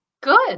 Good